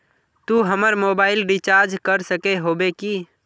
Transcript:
तू हमर mobile recharge कर सके होबे की?